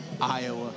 Iowa